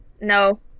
No